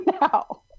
now